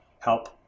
Help